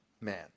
man